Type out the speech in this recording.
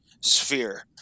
sphere